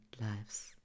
lives